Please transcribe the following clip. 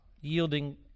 yielding